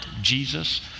Jesus